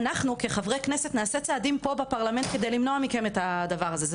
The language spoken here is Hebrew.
אנחנו כחברי כנסת נעשה צעדים פה בפרלמנט כדי למנוע מכם את הדבר הזה.